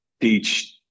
teach